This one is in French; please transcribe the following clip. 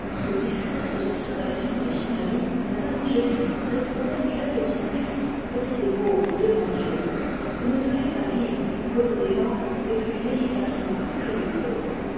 aux discrètes observations de son amie mme angélique répondait qu'elle et son fils étaient des pauvres devant dieu et ne devaient pas vivre plus délicatement que les pauvres